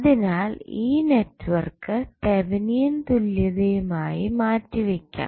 അതിനാൽ ഈ network Thevenin തുല്യത യുമായി മാറ്റിവയ്ക്കാം